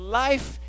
life